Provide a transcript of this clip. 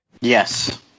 Yes